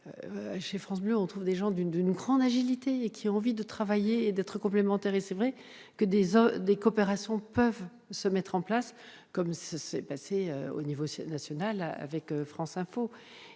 Chez France Bleu, on trouve des gens d'une grande agilité, qui ont envie de travailler et d'être complémentaires. Des coopérations peuvent se mettre en place, comme cela s'est passé à l'échelon national avec France Info.